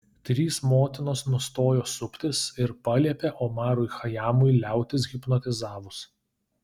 trys motinos nustojo suptis ir paliepė omarui chajamui liautis hipnotizavus